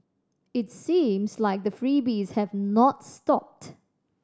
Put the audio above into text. it seems like the freebies have not stopped